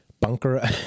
bunker